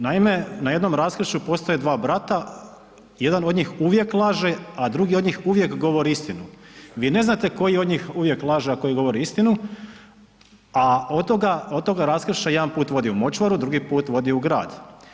Naime, na jednom raskršću postoje dva brata, jedan od njih uvijek laže a drugi od njih uvijek govori istinu, vi ne znate koji od njih uvijek laže a koji govori istinu a od toga raskršća jedan put vodi u močvaru, drugi put vodi u grad.